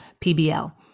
pbl